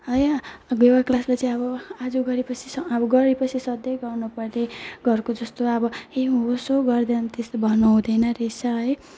है योगा क्लासमा चाहिँ अब आज गरेपछि अब गरेपछि सधैँ गर्नुपर्ने घरको जस्तो अब ए होस् हौ गर्दैन त्यस्तो भन्न हुँदैन रहेछ है